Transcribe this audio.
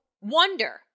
wonder